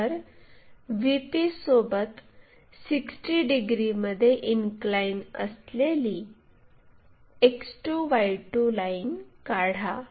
तर VPसोबत 60 डिग्रीमध्ये इनक्लाइन असलेली X2 Y2 लाइन काढा